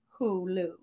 Hulu